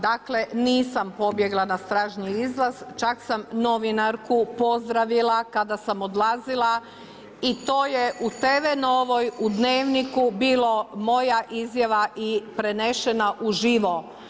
Dakle, nisam pobjegla na stražnji izlaz, čak sam novinarku pozdravila kada sam odlazila i to je u TV NOVA-oj u Dnevniku bilo moja izjava i prenešena uživo.